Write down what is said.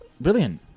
brilliant